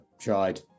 tried